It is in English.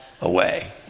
away